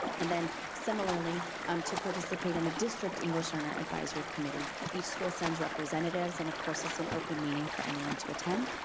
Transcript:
and then similarly um to participate in the district english learner advisory committee. each school send representatives, and of course, it's an open meeting for anyone to attend.